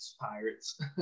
Pirates